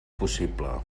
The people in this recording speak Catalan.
possible